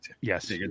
Yes